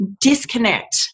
disconnect